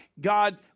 God